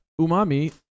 Umami